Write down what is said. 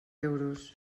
euros